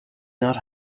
not